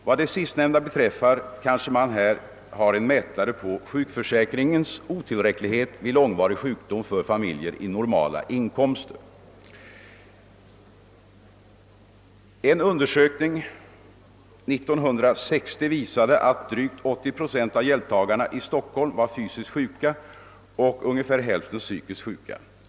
Vad det sistnämnda beträffar kanske man här har en mätare på sjukförsäkringens otillräcklighet vid långvarig sjukdom för familjer i normala inkomstlägen.» En undersökning 1960 visade att drygt 80 procent av hjälptagarna i Stockholm var fysiskt sjuka och ungefär hälften psykiskt sjuka.